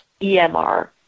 EMR